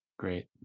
great